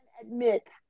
admit